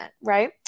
right